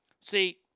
See